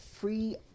free